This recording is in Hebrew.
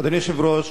אדוני היושב-ראש,